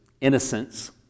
innocence